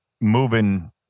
moving